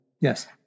Yes